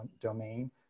domain